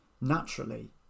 naturally